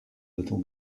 little